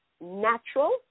natural